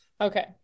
Okay